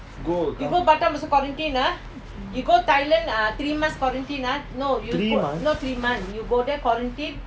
three months